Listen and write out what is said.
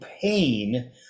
pain